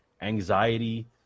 anxiety